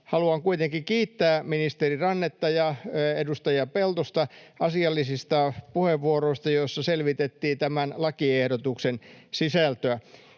Haluan kuitenkin kiittää ministeri Rannetta ja edustaja Peltosta asiallisista puheenvuoroista, joissa selvitettiin tämän lakiehdotuksen sisältöä.